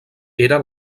era